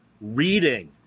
reading